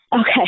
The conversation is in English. Okay